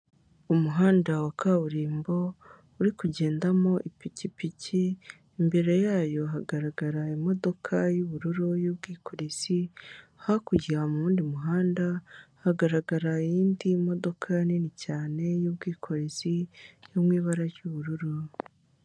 Umuhanda wa kaburimbo uri kugendamo ipikipiki, imbere yayo hagaragara imodoka y'ubururu y'ubwikorezi, hakurya mu wundi muhanda hagaragara iyindi modoka nini cyane y'ubwikorezi mu ibara ry'ubururu.